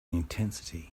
intensity